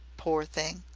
pore thing!